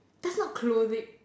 that's not clothing